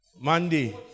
Monday